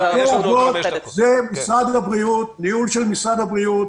בתי אבות זה בניהול של משרד הבריאות.